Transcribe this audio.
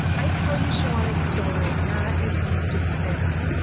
i tell you shawana's story not as one of despair,